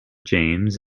james